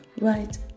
right